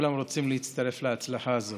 כולם רוצים להצטרף להצלחה הזאת.